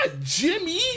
Jimmy